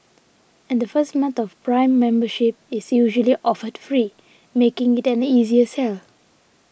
and the first month of Prime membership is usually offered free making it an easier sell